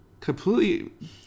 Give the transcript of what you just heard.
completely